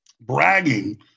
bragging